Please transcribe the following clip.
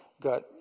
got